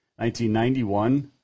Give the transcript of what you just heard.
1991